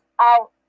out